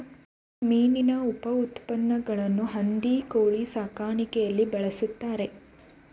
ಮೀನಿನ ಉಪಉತ್ಪನ್ನಗಳನ್ನು ಹಂದಿ ಕೋಳಿ ಸಾಕಾಣಿಕೆಯಲ್ಲಿ ಬಳ್ಸತ್ತರೆ